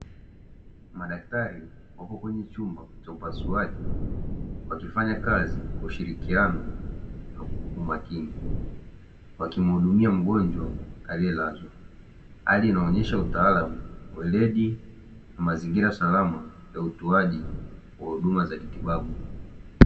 Madaktari wapo kwenye chumba cha upasuaji wakifanya kazi kwa umakini hali inayoonyesha ueledi na utoaji wa matibabu ya afya